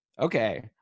okay